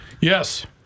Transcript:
yes